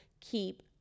keep